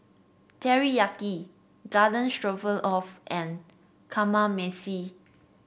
Teriyaki Garden Stroganoff and Kamameshi